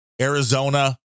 Arizona